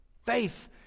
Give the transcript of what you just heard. Faith